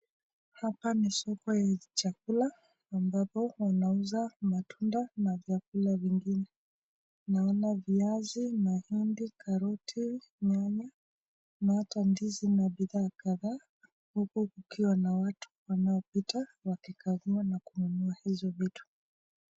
Hapa ni soko ya chakula ambapo wanauza matunda na vyakula vingine. Naona viazi, mahindi, karoti, nyanya na hata ndizi na bidhaa kadhaa huku kukiwa na watu wanaopita wakikagua na kununua hizo vitu.